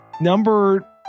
Number